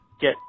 get